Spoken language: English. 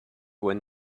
when